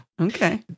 Okay